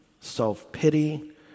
self-pity